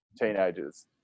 teenagers